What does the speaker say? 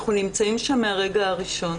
אנחנו נמצאים שם מהרגע הראשון.